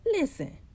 Listen